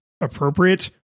appropriate